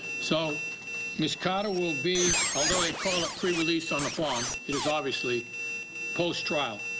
so ms. carter will be, although they call it prerelease on the form, it is obviously posttrial,